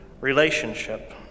relationship